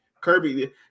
Kirby